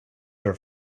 are